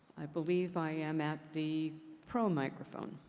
i believe i am at the pro microphone.